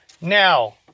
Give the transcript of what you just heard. Now